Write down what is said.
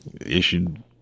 issued